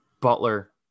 Butler